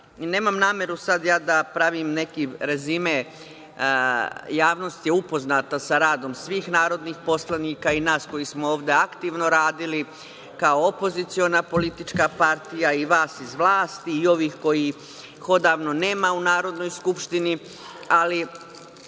Nemam nameru sad ja da pravim neki rezime, javnost je upoznata sa radom svih narodnih poslanika – i nas koji smo ovde aktivno radili kao opoziciona politička partija i vas iz vlasti i ovih kojih odavno nema u Narodnoj skupštini. Mislimo